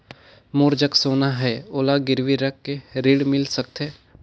मोर जग सोना है ओला गिरवी रख के ऋण मिल सकथे?